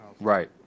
Right